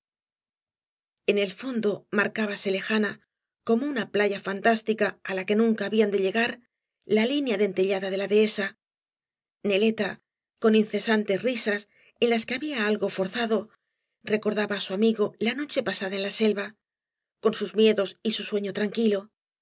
en el fondo marcábase lejana como una playa fantástica la que nunca habían de llegar la línea dentellada de la dehesa neleta con incesantes risas en las que había algo forzado recordaba á su amigo la noche pasada en la selva con bus miedos y su sueño tranquilo